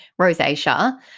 rosacea